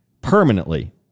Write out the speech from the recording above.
permanently